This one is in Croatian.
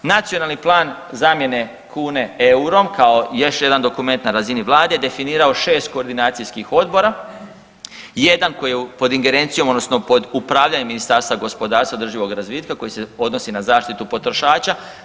Nacionalni plan zamjene kune eurom kao još jedan dokument na razini vlade definirao 6 koordinacijskih odbora i jedan koji je pod ingerencijom odnosno pod upravljanjem Ministarstva gospodarstva i održivog razvitka koji se odnosi na zaštitu potrošača.